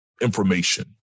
information